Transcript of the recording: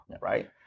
right